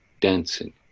dancing